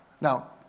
Now